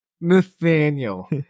Nathaniel